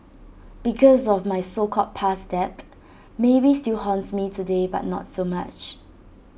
because of my so called past debt maybe still haunts me today but not so much